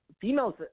females –